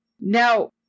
Now